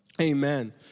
Amen